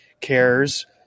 cares